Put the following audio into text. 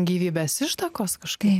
gyvybės ištakos kažkaip